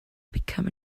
become